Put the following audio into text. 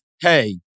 Hey